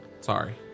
sorry